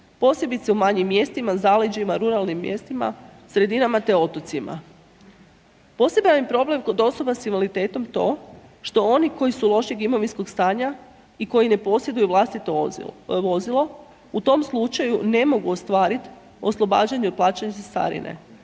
posebice u manjim mjestima, zaleđima, ruralnim mjestima, sredinama te otocima. Poseban je problem kod osoba s invaliditetom to što oni koji su lošeg imovinskog stanja i koji ne posjeduju vlastito vozilo u tom slučaju ne mogu ostvarit oslobađanje od plaćanja cestarine